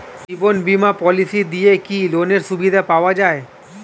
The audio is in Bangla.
জীবন বীমা পলিসি দিয়ে কি লোনের সুবিধা পাওয়া যায়?